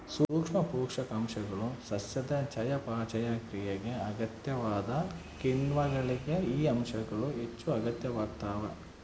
ಸೂಕ್ಷ್ಮ ಪೋಷಕಾಂಶಗಳು ಸಸ್ಯದ ಚಯಾಪಚಯ ಕ್ರಿಯೆಗೆ ಅಗತ್ಯವಾದ ಕಿಣ್ವಗಳಿಗೆ ಈ ಅಂಶಗಳು ಹೆಚ್ಚುಅಗತ್ಯವಾಗ್ತಾವ